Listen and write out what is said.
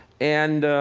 and